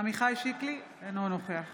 עמיחי שיקלי, אינו נוכח